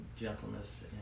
gentleness